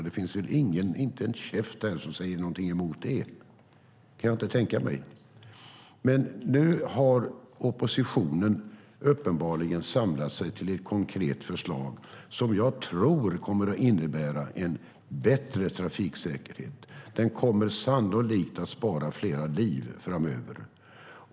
Det finns väl inte en käft här som säger emot det; det kan jag inte tänka mig. Nu har oppositionen uppenbarligen samlat sig till ett konkret förslag som jag tror kommer att innebära en bättre trafiksäkerhet. Det kommer sannolikt att spara flera liv framöver.